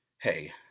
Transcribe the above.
hey